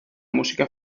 música